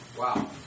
Wow